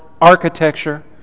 architecture